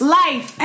life